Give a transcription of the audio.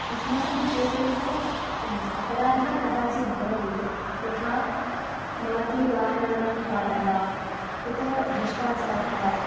अस्माकं क्षेत्रे तु अपराधः कदाचित् भवति यथा मार्गे वाहनानां पातः उत भ्रष्टाचारः